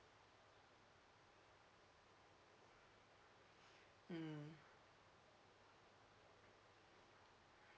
mm